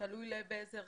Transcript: תלוי באיזה הרכב.